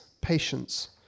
patience